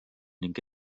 ning